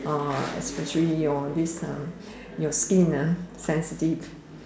orh especially your this uh your skin ah sensitive